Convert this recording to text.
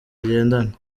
agendana